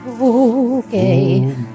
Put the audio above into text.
Okay